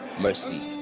mercy